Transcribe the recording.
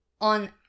on